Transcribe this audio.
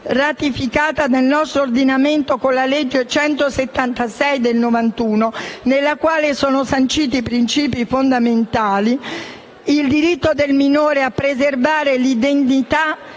ratificata nel nostro ordinamento con la legge n. 176 del 1991, nella quale sono sanciti principi fondamentali per la tutela del diritto del minore a preservare l'identità,